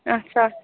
اَچھا